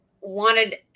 wanted